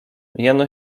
jeno